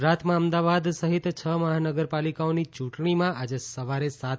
ગુજરાતમાં અમદાવાદ સહિત છ મહાનગરપાલિકાઓની ચૂંટણીમાં આજે સવારે સાત